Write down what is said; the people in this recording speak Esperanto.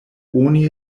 oni